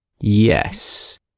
Yes